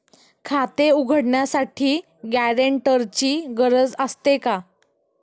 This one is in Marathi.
खाते उघडण्यासाठी गॅरेंटरची गरज असते का?